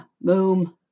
Boom